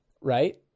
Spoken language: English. right